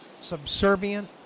Subservient